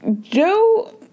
Joe